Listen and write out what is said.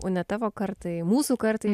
une tavo kartai mūsų kartai